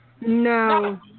No